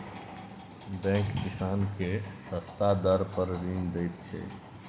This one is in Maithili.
बैंक किसान केँ सस्ता दर पर ऋण दैत छै